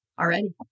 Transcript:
already